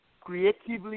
creatively